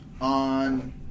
on